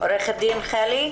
רבה גברתי על רשות הדיבור.